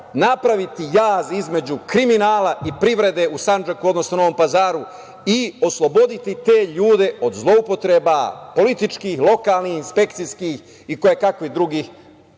napraviti jaz između kriminala i privrede u Sandžaku, odnosno Novom Pazaru i osloboditi te ljude od zloupotreba političkih, lokalnih, inspekcijskih i kojekakvih drugih. Prava